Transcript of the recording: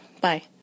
Bye